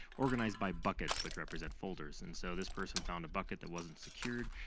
organized by buckets, which represent folders. and so this person found a bucket that wasn't secured,